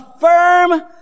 firm